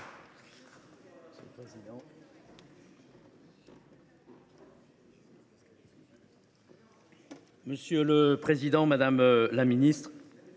Monsieur le président, madame la ministre